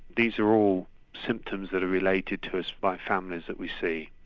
these are all symptoms that are related to us by families that we see.